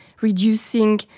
reducing